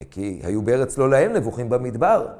כי היו בארץ לא להם נבוכים במדבר.